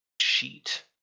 sheet